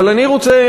אבל אני רוצה,